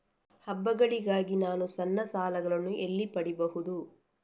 ಹಬ್ಬಗಳಿಗಾಗಿ ನಾನು ಸಣ್ಣ ಸಾಲಗಳನ್ನು ಎಲ್ಲಿ ಪಡಿಬಹುದು?